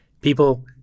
People